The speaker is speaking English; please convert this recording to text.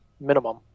Minimum